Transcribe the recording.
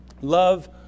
Love